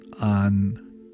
on